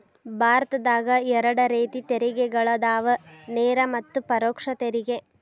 ಭಾರತದಾಗ ಎರಡ ರೇತಿ ತೆರಿಗೆಗಳದಾವ ನೇರ ಮತ್ತ ಪರೋಕ್ಷ ತೆರಿಗೆ